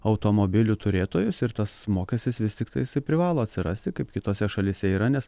automobilių turėtojus ir tas mokestis vis tiktai privalo atsirasti kaip kitose šalyse yra nes